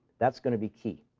that's going to be key.